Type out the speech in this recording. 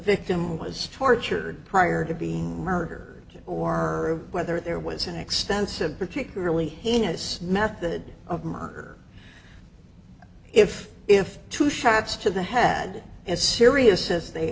victim was tortured prior to being murder or whether there was an extensive particularly heinous method of murder if if two shots to the head as serious as they